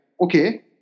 Okay